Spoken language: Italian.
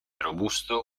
robusto